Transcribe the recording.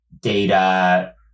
data